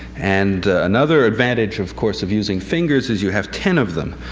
and another advantage, of course, of using fingers is you have ten of them.